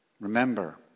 Remember